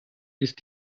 ist